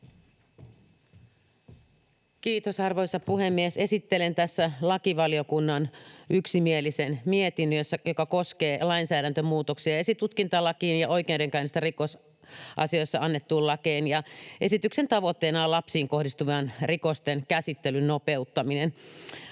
Kiitos, arvoisa puhemies! Esittelen tässä lakivaliokunnan yksimielisen mietinnön, joka koskee lainsäädäntömuutoksia esitutkintalakiin ja oikeudenkäynnistä rikosasioissa annettuun lakiin. Esityksen tavoitteena on lapsiin kohdistuvien rikosten käsittelyn nopeuttaminen.